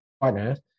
partners